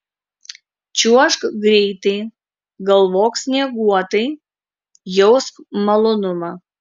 čiuožk greitai galvok snieguotai jausk malonumą